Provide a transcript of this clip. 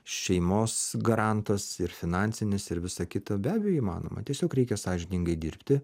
šeimos garantas ir finansinis ir visa kita be abejo įmanoma tiesiog reikia sąžiningai dirbti